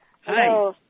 Hi